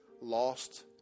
Lost